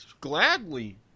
Gladly